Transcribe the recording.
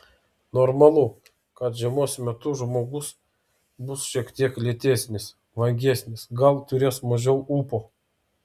normalu kad žiemos metu žmogus bus šiek tiek lėtesnis vangesnis gal turės mažiau ūpo